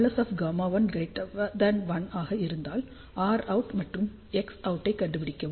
|Γout| 1 ஆக இருந்தால் Rout மற்றும் Xout ஐ கண்டுபிடிக்கவும்